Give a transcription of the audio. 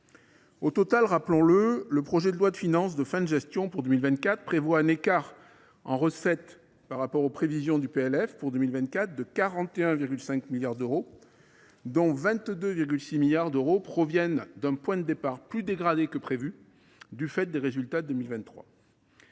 Au total, rappelons le, le projet de loi de finances de fin de gestion pour 2024 prévoit un écart en recettes par rapport aux prévisions du PLF pour 2024 de 41,5 milliards d’euros, dont 22,6 milliards d’euros proviennent d’un point de départ plus dégradé que prévu du fait des résultats de 2023.